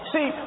See